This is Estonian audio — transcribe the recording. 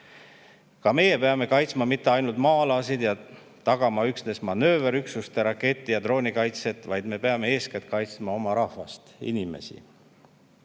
Ka meie ei pea kaitsma ainult maa-alasid ja tagama üksnes manööverüksuste raketi- ja droonikaitset, vaid me peame eeskätt kaitsma oma rahvast, inimesi.